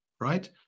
right